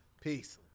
peace